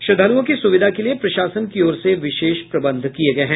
श्रद्धालुओं की सुविधा के लिए प्रशासन की ओर से विशेष प्रबंध किये गए हैं